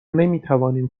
نمیتوانیم